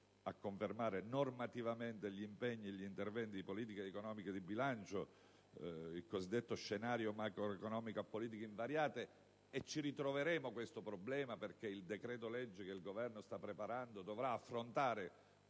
a confermare normativamente gli impegni e gli interventi di politica economica e di bilancio, il cosiddetto scenario macroeconomico a politiche invariate (peraltro, questo problema si ripresenterà perché il decreto-legge che il Governo sta preparando dovrà affrontare